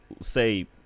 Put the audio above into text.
say